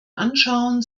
anschauen